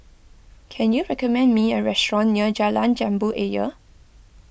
can you recommend me a restaurant near Jalan Jambu Ayer